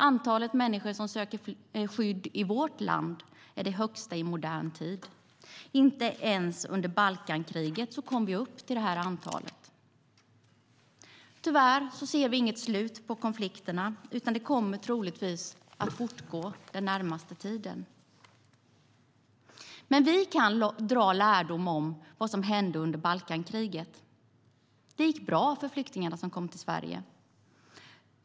Antalet som nu söker skydd i vårt land är det högsta i modern tid - inte ens under Balkankriget kom vi upp i detta antal. Tyvärr ser vi inte i dagsläget något slut på konflikterna, utan de kommer troligen att fortgå den närmaste tiden. Vi kan dock dra lärdom av vad som skedde under Balkankriget. Det gick bra för de flyktingar som då kom till Sverige.